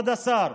כבוד השר,